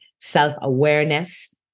self-awareness